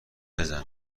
بزن